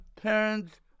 parents